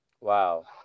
Wow